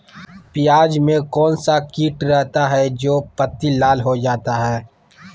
प्याज में कौन सा किट रहता है? जो पत्ती लाल हो जाता हैं